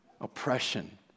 oppression